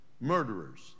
murderers